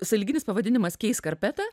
sąlyginis pavadinimas keis karpeta